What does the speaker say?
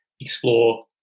explore